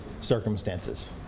circumstances